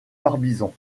barbizon